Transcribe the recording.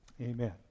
amen